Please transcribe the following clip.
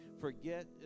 Forget